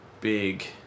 big